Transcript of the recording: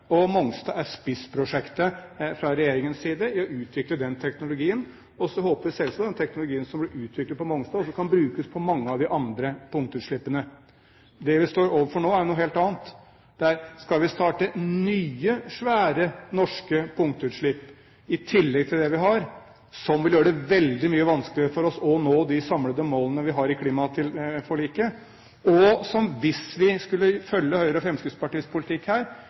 og Mongstad er spissprosjektet fra regjeringens side i å utvikle den teknologien. Så håper vi selvsagt at den teknologien som blir utviklet på Mongstad, også kan brukes på mange av de andre punktutslippene. Det vi står overfor nå, er noe helt annet. Vi skal starte nye, svære norske punktutslipp i tillegg til dem vi har, som vil gjøre det veldig mye vanskeligere for oss å nå de samlede målene vi har i klimaforliket, og som, hvis vi skulle følge Høyre og Fremskrittspartiets politikk her,